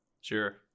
Sure